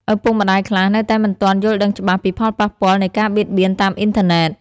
ឪពុកម្ដាយខ្លះនៅតែមិនទាន់យល់ដឹងច្បាស់ពីផលប៉ះពាល់នៃការបៀតបៀនតាមអ៊ីនធឺណិត។